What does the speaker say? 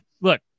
Look